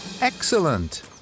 Excellent